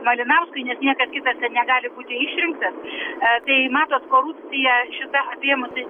malinauskui nes niekas kitas ten negali būti išrinktas a tai matot korupcija šita apėmusi